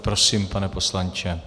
Prosím, pane poslanče.